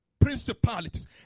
principalities